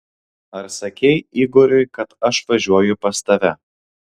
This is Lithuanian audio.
ar sakei igoriui kad aš važiuoju pas tave